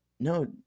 No